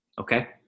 Okay